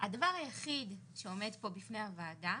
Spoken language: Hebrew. הדבר היחיד שעומד פה בפני הוועדה